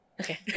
okay